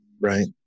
Right